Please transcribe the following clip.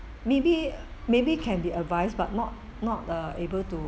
maybe maybe can be advised but not not uh able to